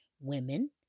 women